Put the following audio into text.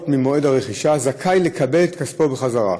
ממועד הרכישה זכאי לקבל את כספו בחזרה,